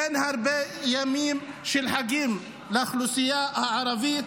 אין הרבה ימים של חגים לאוכלוסייה הערבית.